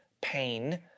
pain